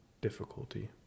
difficulty